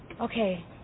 Okay